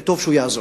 וטוב שהוא יעזוב.